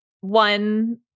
one